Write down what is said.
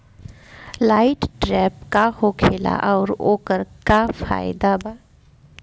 Light trap का होखेला आउर ओकर का फाइदा बा?